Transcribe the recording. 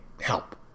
help